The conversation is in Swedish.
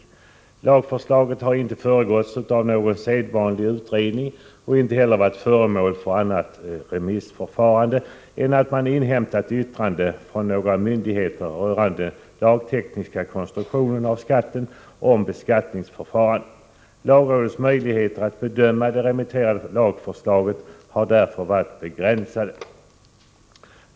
Utarbetandet av lagförslaget har inte föregåtts av någon sedvanlig utredning. Inte heller har det varit föremål för remissförfarande, bortsett från att man inhämtat yttrande från några myndigheter rörande skattens lagtekniska konstruktion och beskattningsförfarandet. Lagrådets möjligheter att bedöma det remitterade lagförslaget har därför varit begränsade.